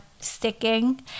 sticking